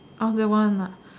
or they want